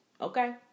Okay